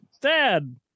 Dad